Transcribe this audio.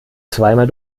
zweimal